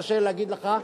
תרשה לי לומר לך,